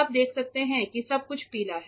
आप देख सकते हैं कि सब कुछ पीला है